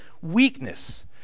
weakness